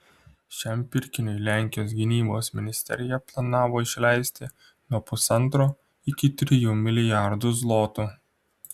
šiam pirkiniui lenkijos gynybos ministerija planavo išleisti nuo pusantro iki trijų milijardų zlotų